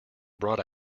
brought